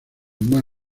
más